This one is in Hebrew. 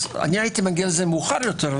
הייתי מגיע לזה מאוחר יותר.